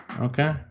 okay